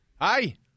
Hi